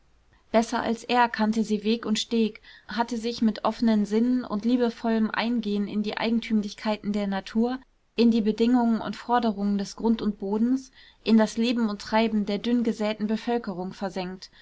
besser als er kannte sie weg und steg hatte sich mit offnen sinnen und liebevollem eingehen in die eigentümlichkeiten der natur in die bedingungen und forderungen des grund und bodens in das leben und treiben der dünn gesäten bevölkerung versenkt